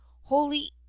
holy